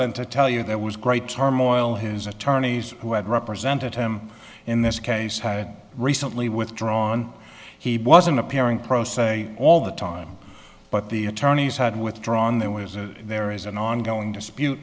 than to tell you there was great turmoil his attorneys who had represented him in this case had recently withdrawn he wasn't appearing pro se all the time but the attorneys had withdrawn there was a there is an ongoing dispute